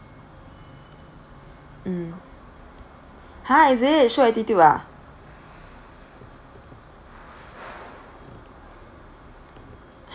mm !huh! is it show attitude ah